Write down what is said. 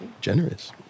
Generous